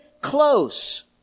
close